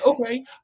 okay